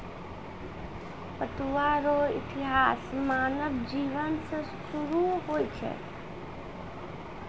पटुआ रो इतिहास मानव जिवन से सुरु होय छ